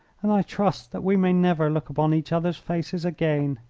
and i trust that we may never look upon each other's faces again.